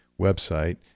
website